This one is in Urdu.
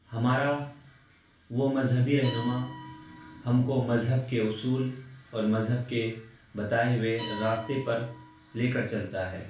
ہمارا وہ مذہبی رہنما ہم کو مذہب کے اصول اور مذہب کے بتائے ہوئے راستے پر لے کر چلتا ہے